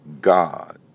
God